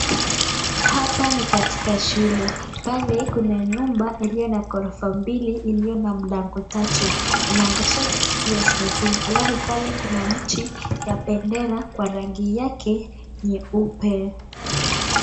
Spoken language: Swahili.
Hapa ni katika shuleni pale kuna nyumba iliyo na ghorofa mbili iliyo na mlango tatu. Mlango zote zikiwa zimefungwa alafu pale kuna mti ya bendera kwa rangi yake nyeupe.